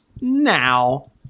now